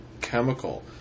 chemical